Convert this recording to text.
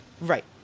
Right